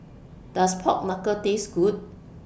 Does Pork Knuckle Taste Good